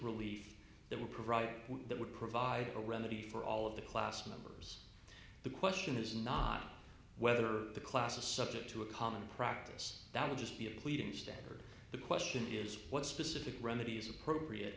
relief that would provide that would provide a remedy for all of the class members the question is not whether the class is subject to a common practice that would just be a pleading standard the question is what specific remedies are appropriate